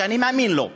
שאני מאמין לו,